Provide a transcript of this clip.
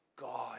God